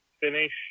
finish